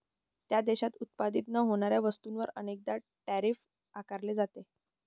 त्या देशात उत्पादित न होणाऱ्या वस्तूंवर अनेकदा टैरिफ आकारले जाते